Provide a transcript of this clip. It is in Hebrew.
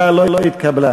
ההסתייגויות של קבוצת סיעת